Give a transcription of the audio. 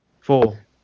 Four